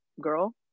girl